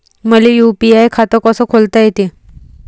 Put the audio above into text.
मले यू.पी.आय खातं कस खोलता येते?